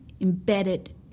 embedded